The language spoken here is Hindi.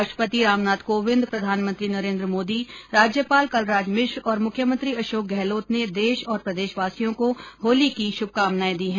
राष्ट्रपति रामनाथ कोविंद प्रधानमंत्री नरेन्द्र मोदी राज्यपाल कलराज मिश्र और मुख्यमंत्री अशोक गहलोत ने देश और प्रदेशवासियों को होली की शुभकानाएं दी हैं